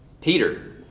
Peter